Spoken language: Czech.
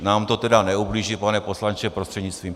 Nám to tedy neublíží, pane poslanče prostřednictvím...